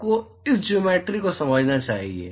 आपको इस ज्योमेट्रि को समझना चाहिए